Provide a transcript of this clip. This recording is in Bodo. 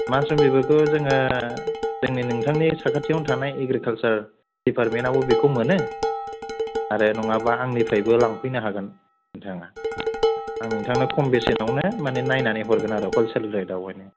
मासरुम बेगरखौ जोङो जोंनि नोंथांनि साखाथियावनो थानाय एग्रिखालसार दिफारमेन्टावबो बेखौ मोनो आरो नङाबा आंनिफ्रायबो लांफैनो हागोन नोंथाङा आं नोंथांनो खम बेसेनावनो माने नायनानै हरगोन आरो हलसेल रेथावहायनो